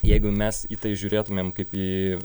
jeigu mes į tai žiūrėtumėm kaip į